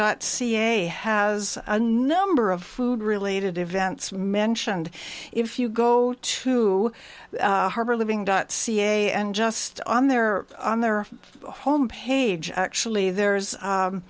dot ca has a number of food related events mentioned if you go to harbor living dot ca and just on their on their home page actually there's